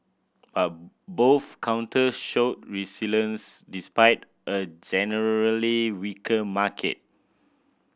but both counters showed resilience despite a generally weaker market